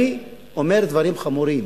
אני אומר דברים חמורים: